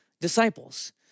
disciples